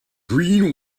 green